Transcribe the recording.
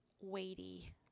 weighty